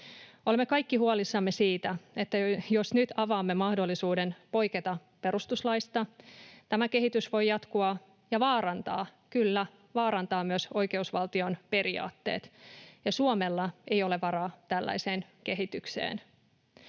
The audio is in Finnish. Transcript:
Olemme kaikki huolissamme siitä, että jos nyt avaamme mahdollisuuden poiketa perustuslaista, tämä kehitys voi jatkua ja vaarantaa — kyllä, vaarantaa — myös oikeusvaltion periaatteet, ja Suomella ei ole varaa tällaiseen kehitykseen.